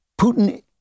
Putin